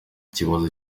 kibazo